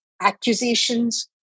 accusations